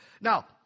Now